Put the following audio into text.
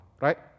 right